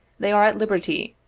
they are at liberty,